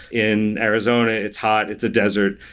in arizona, it's hot, it's a desert,